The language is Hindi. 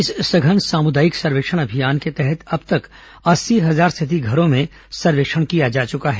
इस सघन सामुदायिक सर्वेक्षण अभियान के तहत अब तक अस्सी हजार से अधिक घरों में सर्वे किया जा चुका है